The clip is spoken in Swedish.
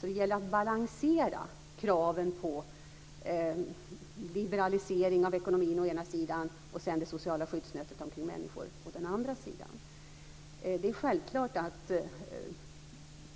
Det gäller att balansera kraven på liberalisering av ekonomin å den ena sidan och det sociala skyddsnätet omkring människor å den andra. Det är självklart att